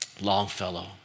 Longfellow